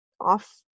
off